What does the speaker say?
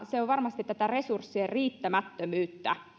se on varmasti tätä resurssien riittämättömyyttä